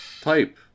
type